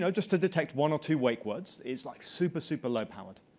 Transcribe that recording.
you know just to detect one or two wake words, is like super, super low powered.